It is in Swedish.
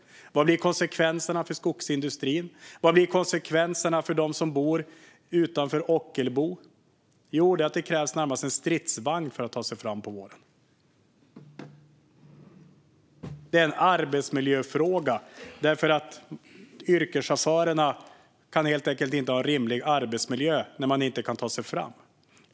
Vad blir konsekvenserna för skogsindustrin? Vad blir konsekvenserna för dem som bor utanför Ockelbo? Jo, det är att det krävs närmast en stridsvagn för att för att ta sig fram på våren. Det är en arbetsmiljöfråga. Yrkeschaufförerna kan helt enkelt inte ha en rimlig arbetsmiljö när de inte kan ta sig fram.